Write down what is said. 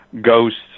ghosts